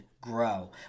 grow